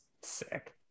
sick